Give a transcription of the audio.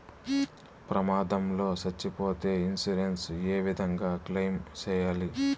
ప్రమాదం లో సచ్చిపోతే ఇన్సూరెన్సు ఏ విధంగా క్లెయిమ్ సేయాలి?